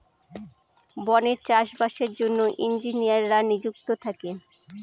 বনে চাষ বাসের জন্য ইঞ্জিনিয়াররা নিযুক্ত থাকে